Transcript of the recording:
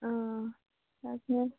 অঁ তাকে